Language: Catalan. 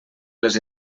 les